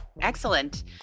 Excellent